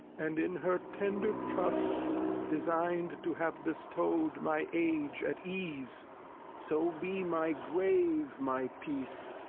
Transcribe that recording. and in her tender trust design'd to have bestow'd my age at ease so be my grave my peace,